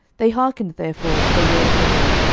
they hearkened therefore to the word of the lord,